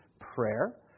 prayer